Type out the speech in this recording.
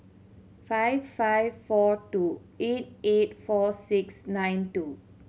five five four two eight eight four six nine two